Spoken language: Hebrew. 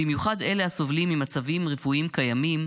במיוחד אלה הסובלים ממצבים רפואיים קיימים,